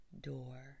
door